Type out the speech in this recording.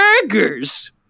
burgers